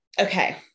okay